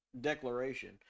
declaration